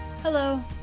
Hello